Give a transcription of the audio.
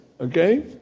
Okay